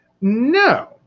No